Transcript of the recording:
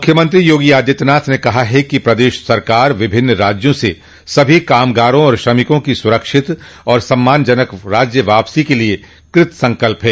मुख्यमंत्री योगी आदित्यनाथ ने कहा है कि प्रदेश सरकार विभिन्न राज्यों से सभी कामगारों और श्रमिकों की सुरक्षित और सम्मानजनक राज्य वापसी के लिए कृतसंकल्प है